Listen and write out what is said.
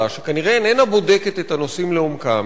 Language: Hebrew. שכנראה איננה בודקת את הנושאים לעומקם,